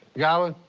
godwin?